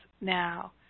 now